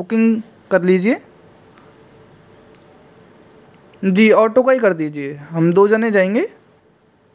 booking कर लीजिए जी ऑटो का ही कर दीजिए हम दो जने जाएंगे